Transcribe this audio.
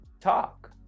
Talk